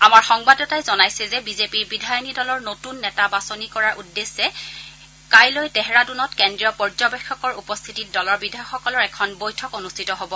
আমাৰ সংবাদদাতাই জনাইছে যে বিজেপিৰ বিধায়িনী দলৰ নতুন নেতা বাছনি কৰাৰ উদ্দেশ্যে কাইলৈ ডেহৰাডুনত কেন্দ্ৰীয় পৰ্য্যবেক্ষকৰ উপস্থিতিত দলৰ বিধায়কসকলৰ এখন বৈঠক অনুষ্ঠিত হ'ব